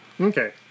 Okay